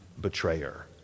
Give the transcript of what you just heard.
betrayer